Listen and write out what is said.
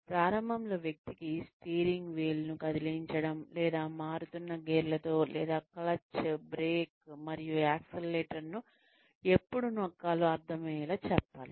ప్రారంభంలో వ్యక్తికి స్టీరింగ్ వీల్ను కదిలించడం లేదా మారుతున్న గేర్లతో లేదా క్లచ్ బ్రేక్ మరియు యాక్సిలరేటర్ను ఎప్పుడు నొక్కాలో అర్థం అయ్యేలా చెప్పాలి